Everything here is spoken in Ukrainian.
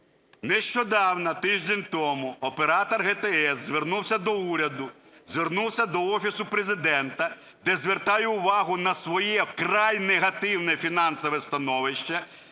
Нещодавно, тиждень тому, Оператор ГТС звернувся до уряду, звернувся до Офісу Президента, де звертає увагу на своє вкрай негативне фінансове становище,